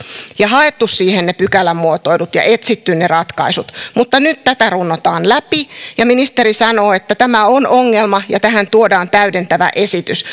ja haettu siihen ne pykälämuotoilut ja etsitty ne ratkaisut mutta nyt tätä runnotaan läpi ja ministeri sanoo että tämä on ongelma ja tähän tuodaan täydentävä esitys